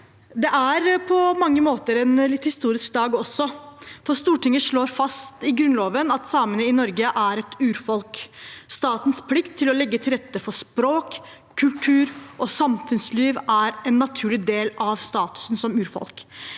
Det er på mange måter en litt historisk dag, for Stortinget slår fast i Grunnloven at samene i Norge er et urfolk. Statens plikt til å legge til rette for språk, kultur og samfunnsliv er en naturlig del av statusen som urfolk.